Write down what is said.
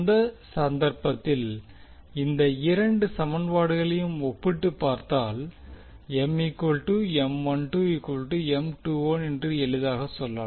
அந்த சந்தர்ப்பத்தில் இந்த இரண்டு சமன்பாடுகளையும் ஒப்பிட்டுப் பார்த்தால் என்று எளிதாக சொல்லலாம்